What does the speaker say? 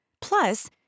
Plus